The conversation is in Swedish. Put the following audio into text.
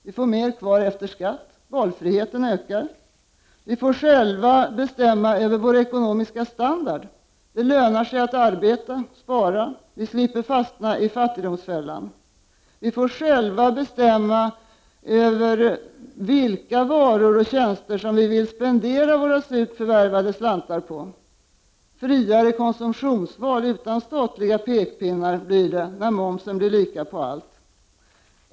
Vi får mera kvar efter skatt. Valfriheten ökar. Vi får själva bestämma över vår ekonomiska standard. Det lönar sig att arbeta och spara. Vi slipper fastna i fattigdomsfällan, och vi får själva bestämma vilka varor och tjänster som vi vill spendera våra surt förvärvade slantar på. Det blir ett friare konsumtionsval, utan statliga pekpinnar, med lika moms på allting.